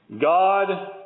God